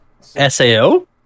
SAO